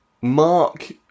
Mark